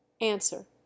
answer